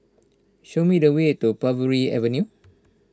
show me the way to Parbury Avenue